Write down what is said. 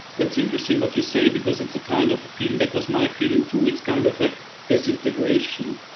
that's interesting what you say because it's a kind of feeling, that was my feeling too. it's kind of a disintegration.